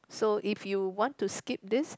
so if you want to skip this